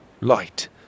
Light